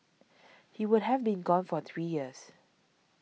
he would have been gone for three years